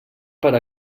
per